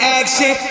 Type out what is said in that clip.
action